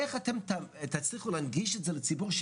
איך תצליחו להנגיש לציבור?